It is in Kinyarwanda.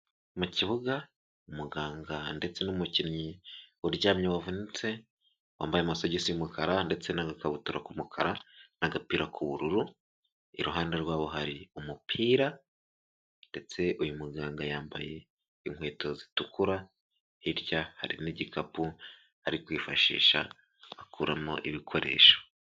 Mu kibuga umuganga ndetse n'umukinnyi uryamye wavunitse wambaye amasogisi y'umukara ndetse n'agakabutura k'umukara n'agapira k'ubururu, iruhande rwabo hari umupira ndetse uyu muganga yambaye inkweto zitukura hirya hari n'igikapu ari kwifashisha akuramo ibikoresho.